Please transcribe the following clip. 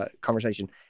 conversation